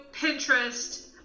Pinterest